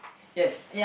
yes